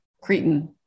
Cretan